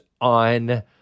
on